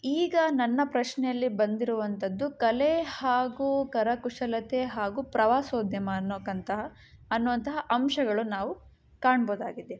ಈಗ ನನ್ನ ಪ್ರಶ್ನೆಯಲ್ಲಿ ಬಂದಿರುವಂತದ್ದು ಕಲೆ ಹಾಗು ಕರಕುಶಲತೆ ಹಾಗು ಪ್ರವಾಸೋದ್ಯಮ ಅನ್ನೋವಂತಹ ಅನ್ನುವಂತಹ ಅಂಶಗಳು ನಾವು ಕಾಣ್ಬೋದಾಗಿದೆ